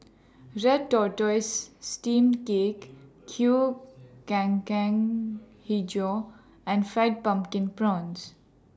Red Tortoise Steamed Cake Kueh Hijau and Fried Pumpkin Prawns